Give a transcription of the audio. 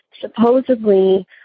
supposedly